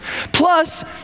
Plus